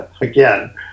again